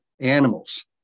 Animals